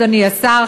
אדוני השר,